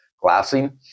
Glassing